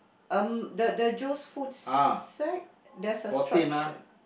um the the Joe's food sack there's a striped shirt